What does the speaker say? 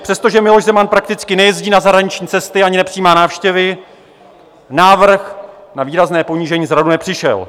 Přestože Miloš Zeman prakticky nejezdí na zahraniční cesty ani nepřijímá návštěvy, návrh na výrazné ponížení z Hradu nepřišel.